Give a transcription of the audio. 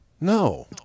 no